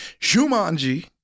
Shumanji